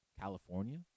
California